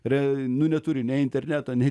re nu neturi nei interneto nei